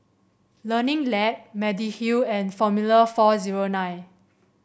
Learning Lab Mediheal and Formula four zero nine